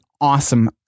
awesome